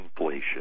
inflation